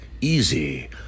easy